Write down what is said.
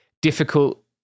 difficult